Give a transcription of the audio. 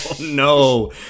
no